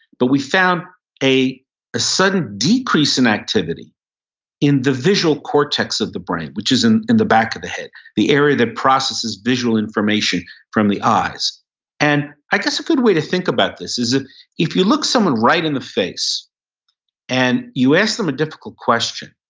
but we found a a sudden decrease in activity in the visual cortex of the brain, which is in in the back of the head. the area that processes visual information from the eyes and i guess a good way to think about this is ah if you look someone right in the face and you ask them a difficult question,